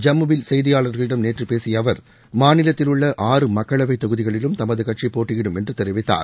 ஜம்முவில் செய்தியாளர்களிடம் நேற்று பேசிய அவர் மாநிலத்திலுள்ள தொகுதிகளிலும் தமது கட்சி போட்டியிடும் என்று தெரிவித்தார்